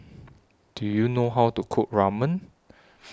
Do YOU know How to Cook Ramen